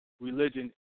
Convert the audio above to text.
religion